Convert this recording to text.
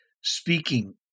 speaking